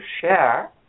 share